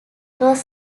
was